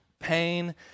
pain